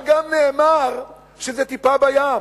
אבל גם נאמר שזה טיפה בים.